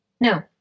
No